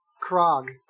Krog